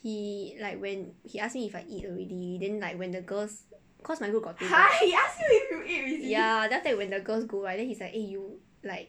he like when he ask me if I eat already then like when the girls cause my group got two girls ya then after that when the girls go right then he's like eh you like